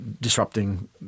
disrupting